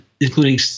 including